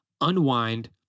unwind